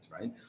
right